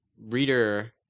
reader